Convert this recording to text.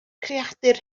creadur